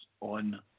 on